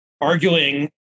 arguing